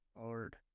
hard